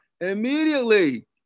immediately